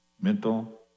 mental